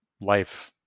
life